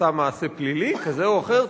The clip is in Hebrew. עשה מעשה פלילי כזה או אחר.